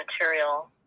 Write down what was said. material